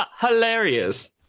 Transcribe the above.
hilarious